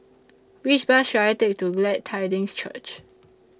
Which Bus should I Take to Glad Tidings Church